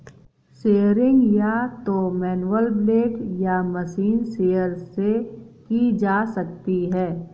shearing या तो manual blade या मशीन शीयर से की जा सकती है